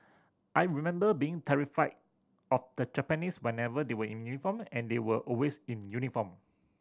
I remember being terrified of the Japanese whenever they were in uniform and they were always in uniform